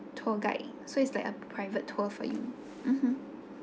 tour guide so it's like a private tour for you mmhmm